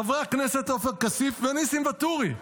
חברי הכנסת עופר כסיף וניסים ואטורי,